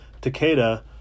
Takeda